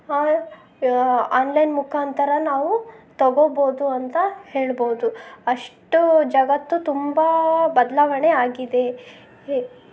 ಆ ಆನ್ಲೈನ್ ಮುಖಾಂತರ ನಾವು ತೊಗೋಬೋದು ಅಂತ ಹೇಳ್ಬೋದು ಅಷ್ಟು ಜಗತ್ತು ತುಂಬ ಬದಲಾವಣೆ ಆಗಿದೆ ಹೆ